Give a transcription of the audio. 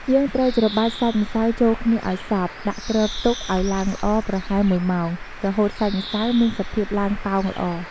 យើងត្រូវច្របាច់សាច់ម្សៅចូលគ្នាឱ្យសព្វ ដាក់គ្របទុកឱ្យឡើងល្អប្រហែលមួយម៉ោង រហូតសាច់ម្សៅមានសភាពឡើងប៉ោងល្អ។